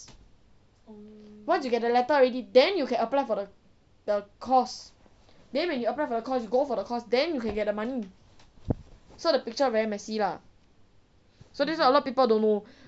once you get the letter already then you can apply for the the course then when you apply for course you go for the course then you can get the money so the picture very messy lah so this is what a lot of people don't know